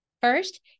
First